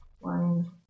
One